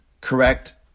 correct